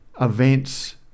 events